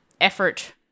effort